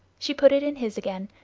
she put it in his again,